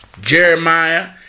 Jeremiah